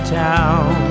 town